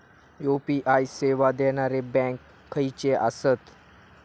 UPI सेवा देणारे bank खयचे आसत?